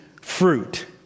fruit